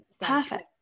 Perfect